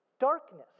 darkness